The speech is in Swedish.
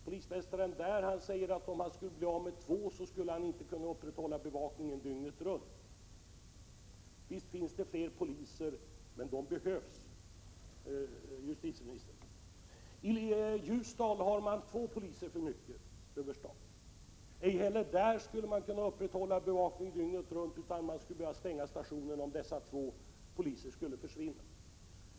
Polismästaren där säger att han inte skulle kunna upprätthålla bevakningen dygnet runt, om han skulle bli av med två av dem. Visst finns det fler poliser än tjänster — men de behövs, justitieministern! I Ljusdal har man två poliser över stat. Ej heller där skulle man kunna upprätthålla bevakningen dygnet runt, utan man skulle behöva stänga polisstationen, om dessa två poliser skulle försvinna.